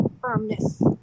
firmness